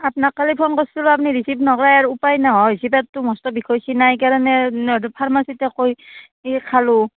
আপোনাক কালি ফোন কৰিছিলোঁ আপুনি ৰিচিভ নকৰে আৰু উপায় নোহোৱা হৈছে পেটটো মষ্ট বিষ হৈছে নাই সেইকাৰণে ফাৰ্মাচীতে কৈ ই খালোঁ